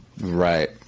right